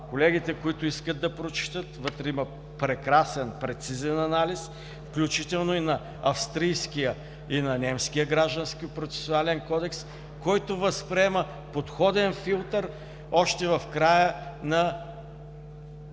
колегите, които искат да прочетат, вътре има прекрасен прецизен анализ, включително и на австрийския и на немския Гражданско-процесуален кодекс, който възприема подходен филтър още в края на